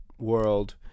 world